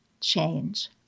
change